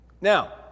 Now